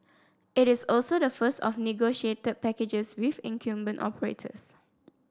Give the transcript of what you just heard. it is also the first of negotiated packages with incumbent operators